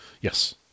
Yes